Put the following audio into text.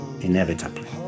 inevitably